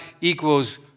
equals